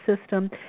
system